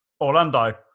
Orlando